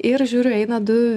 ir žiūriu eina du